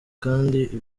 kandi